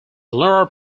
lower